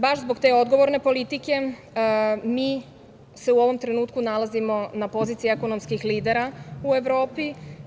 Baš zbog te odgovorne politike mi se u ovom trenutku nalazimo na poziciji ekonomskih lidera u Evropi.